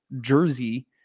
jersey